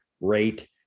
rate